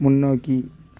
முன்னோக்கி